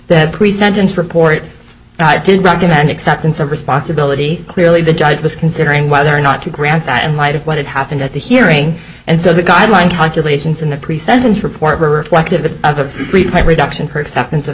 that pre sentence report i did recommend acceptance of responsibility clearly the judge was considering whether or not to grant that in light of what had happened at the hearing and so the guideline calculations in the pre sentence report activity of reduction percept